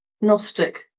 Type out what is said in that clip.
Gnostic